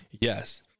Yes